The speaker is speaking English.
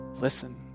Listen